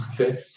Okay